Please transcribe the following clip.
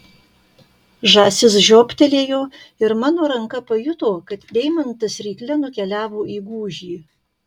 žąsis žioptelėjo ir mano ranka pajuto kad deimantas rykle nukeliavo į gūžį